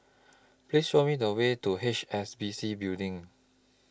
Please Show Me The Way to H S B C Building